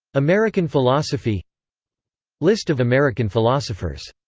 american philosophy list of american philosophers